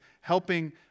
helping